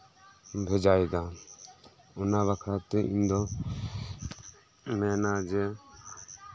ᱵᱷᱮᱟᱭᱮᱫᱟ ᱚᱱᱟ ᱵᱟᱠᱷᱨᱟᱛᱮ ᱤᱧ ᱫᱚ ᱢᱮᱱᱟ ᱡᱮ